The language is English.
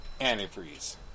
antifreeze